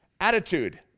attitude